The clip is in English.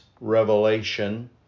revelation